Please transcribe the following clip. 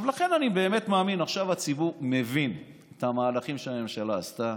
לכן אני באמת מאמין: עכשיו הציבור מבין את המהלכים שהממשלה עשתה.